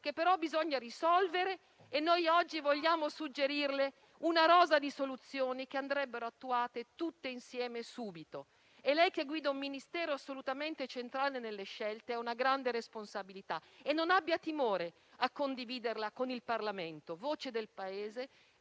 che però bisogna risolvere. Noi oggi vogliamo suggerirle una rosa di soluzioni, che andrebbero attuate tutte insieme, subito. Lei che guida un Ministero assolutamente centrale nelle scelte ha una grande responsabilità e non abbia timore di condividerla con il Parlamento, voce del Paese,